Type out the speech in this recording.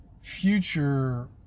future